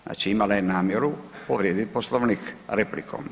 Znači imala je namjeru povrijedit Poslovnik replikom.